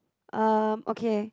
um okay